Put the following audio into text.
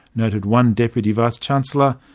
noted one deputy vice-chancellor,